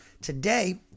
today